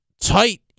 Tight